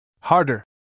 Harder